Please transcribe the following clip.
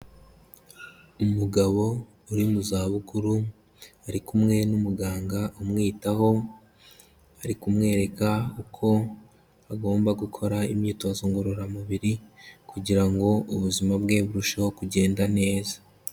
Umugabo uri mu zabukuru ari kumwe n'umuganga umwitaho, ari kumwereka uko agomba gukora imyitozo ngororamubiri kugira ngo ubuzima bwe burusheho kugenda neza.